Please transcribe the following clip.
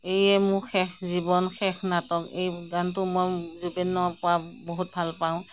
এয়ে মোৰ শেষ জীৱন শেষ নাটক এই গানটো মই জুবিনৰ পৰা বহুত ভালপাওঁ